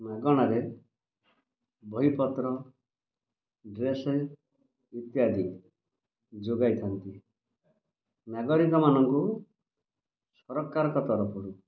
ମାଗଣାରେ ବହି ପତ୍ର ଡ୍ରେସ୍ ଇତ୍ୟାଦି ଯୋଗାଇ ଥାଆନ୍ତି ନାଗରିକମାନଙ୍କୁ ସରକାରଙ୍କ ତରଫରୁ